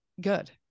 good